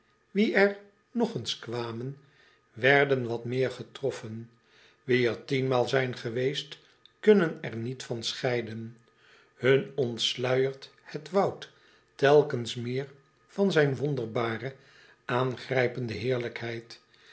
ie er nog eens kwamen werden wat meer getroffen ie er tienmaal zijn geweest kunnen er niet van scheiden un ontsluijert het woud telkens meer van zijn wonderbare aangrijpende heerlijkheid